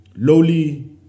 lowly